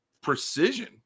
precision